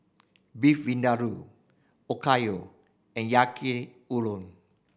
Beef Vindaloo Okayu and Yaki Udon